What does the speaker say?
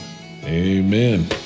Amen